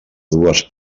dues